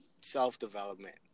self-development